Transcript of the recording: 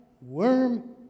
Worm